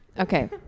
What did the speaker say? Okay